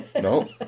no